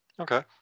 okay